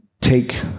take